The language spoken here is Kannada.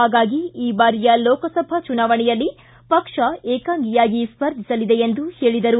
ಹಾಗಾಗಿ ಈ ಬಾರಿಯ ಲೋಕಸಭಾ ಚುನಾವಣೆಯಲ್ಲಿ ಪಕ್ಷ ಏಕಾಂಗಿಯಾಗಿ ಸ್ಪರ್ಧಿಸಲಿದೆ ಎಂದರು